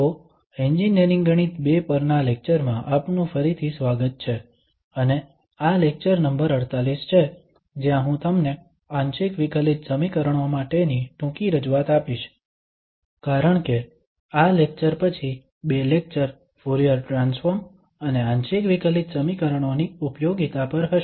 તો એન્જિનિયરિંગ ગણિત II પરના લેક્ચરમાં આપનું ફરીથી સ્વાગત છે અને આ લેક્ચર નંબર 48 છે જ્યાં હું તમને આંશિક વિકલિત સમીકરણો માટેની ટૂંકી રજૂઆત આપીશ કારણ કે આ લેક્ચર પછી બે લેક્ચર ફુરીયર ટ્રાન્સફોર્મ અને આંશિક વિકલિત સમીકરણો ની ઉપયોગિતા પર હશે